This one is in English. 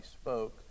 spoke